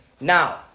Now